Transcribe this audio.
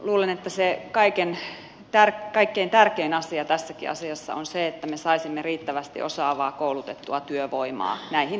luulen että se kaikkein tärkein asia tässäkin on se että me saisimme riittävästi osaavaa koulutettua työvoimaa näihin tehtäviin